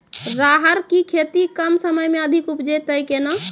राहर की खेती कम समय मे अधिक उपजे तय केना?